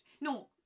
No